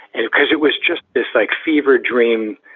and because it was just this, like fever dream,